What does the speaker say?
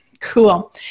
Cool